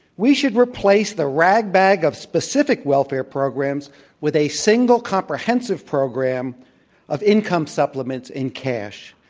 we should replace the rag-bag of specific welfare programs with a single comprehensive program of income supplements in cash,